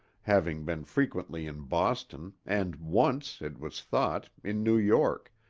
having been frequently in boston, and once, it was thought, in new york,